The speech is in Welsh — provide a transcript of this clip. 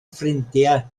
ffrindiau